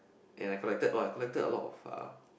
and I collected oh I collected a lot of uh